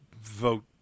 vote